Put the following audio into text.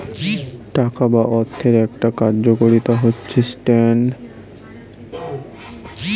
টাকা বা অর্থের একটা কার্যকারিতা হচ্ছে স্ট্যান্ডার্ড অফ ডেফার্ড পেমেন্ট